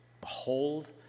behold